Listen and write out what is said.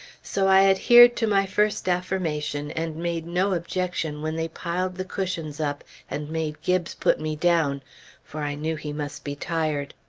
so i adhered to my first affirmation, and made no objection when they piled the cushions up and made gibbes put me down for i knew he must be tired.